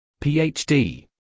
PhD